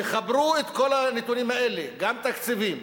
תחברו את כל הנתונים האלה, גם תקציבים,